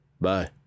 bye